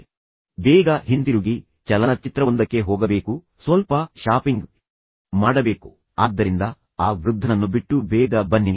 ಆದ್ದರಿಂದ ಬೇಗ ಹಿಂತಿರುಗಿ ನಾವು ಚಲನಚಿತ್ರವೊಂದಕ್ಕೆ ಹೋಗಬೇಕು ನಾವು ಸ್ವಲ್ಪ ಶಾಪಿಂಗ್ ಮಾಡಬೇಕು ಆದ್ದರಿಂದ ಆ ವೃದ್ಧನನ್ನು ಬಿಟ್ಟು ಬೇಗ ಬನ್ನಿ